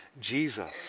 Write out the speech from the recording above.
Jesus